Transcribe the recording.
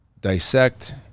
dissect